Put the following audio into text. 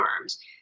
arms